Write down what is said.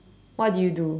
what do you do